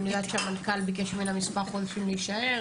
אני יודעת שהמנכ"ל ביקש ממנה להישאר מספר חודשים,